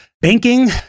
Banking